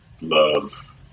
love